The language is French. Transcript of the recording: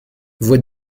voix